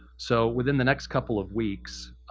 so within the next couple of weeks,